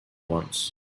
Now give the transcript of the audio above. wants